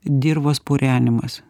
dirvos purenimas